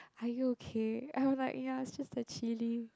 are you okay I'm like ya it's just the chilli